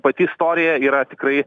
pati istorija yra tikrai